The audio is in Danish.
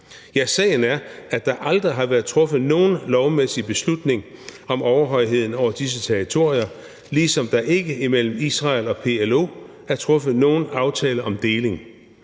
Ja, sagen er, at der aldrig har været truffet nogen lovmæssig beslutning om overhøjheden over disse territorier, ligesom der ikke imellem Israel og PLO er truffet nogen aftale om deling.